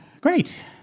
great